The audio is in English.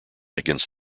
against